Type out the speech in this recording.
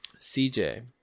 CJ